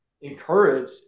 encourage